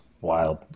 wild